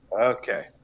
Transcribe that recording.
Okay